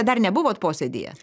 dar nebuvot posėdyje